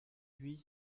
huit